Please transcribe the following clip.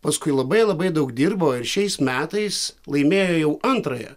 paskui labai labai daug dirbo ir šiais metais laimėjo jau antrąją